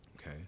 okay